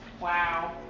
Wow